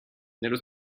nello